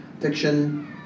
fiction